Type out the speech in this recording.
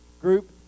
group